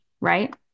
right